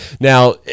Now